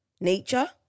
nature